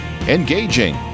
engaging